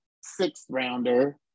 sixth-rounder